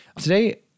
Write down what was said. today